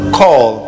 call